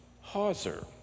hawser